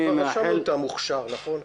אנחנו כבר רשמנו את המוכש"ר, נכון?